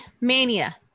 mania